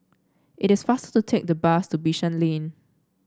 it is faster to take the bus to Bishan Lane